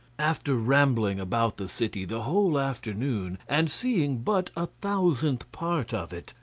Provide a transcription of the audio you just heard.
after rambling about the city the whole afternoon, and seeing but a thousandth part of it,